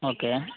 okay